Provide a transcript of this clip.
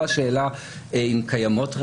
אין להם מקום?